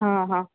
हा हा